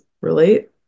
relate